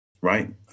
right